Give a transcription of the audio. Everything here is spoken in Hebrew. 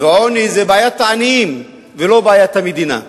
ועוני זה בעיית העניים, ולא בעיית המדינה.